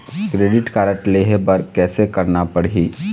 Credit card लेहे बर कैसे करना पड़ही?